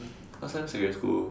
last time secondary school